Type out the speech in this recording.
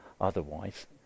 otherwise